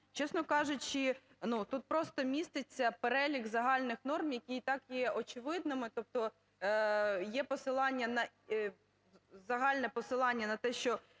Чесно кажучи, тут просто міститься перелік загальних норм, які і так є очевидними. Тобто є посилання, загальне посилання на те, що